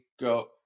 go